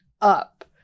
up